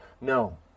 no